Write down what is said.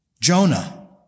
Jonah